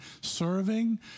serving